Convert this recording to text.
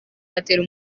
atera